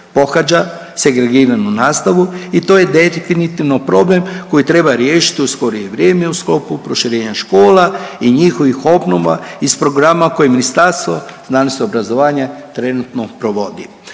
pohađa segregiranu nastavu i to je definitivno problem koji treba riješiti u skorije vrijeme u sklopu proširenja škola i njihovih obnova iz programa koje Ministarstvo znanosti i obrazovanja trenutno provodi.